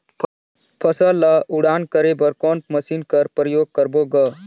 फसल ल उड़ान करे बर कोन मशीन कर प्रयोग करबो ग?